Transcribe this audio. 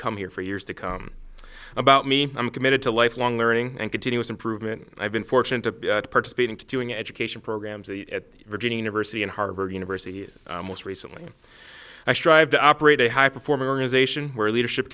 come here for years to come about me i'm committed to lifelong learning and continuous improvement i've been fortunate to participate in doing education programs that at virginia versity and harvard university most recently i strive to operate a high performers ation where leadership